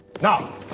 Now